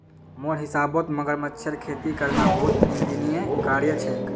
मोर हिसाबौत मगरमच्छेर खेती करना बहुत निंदनीय कार्य छेक